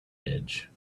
edge